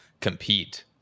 compete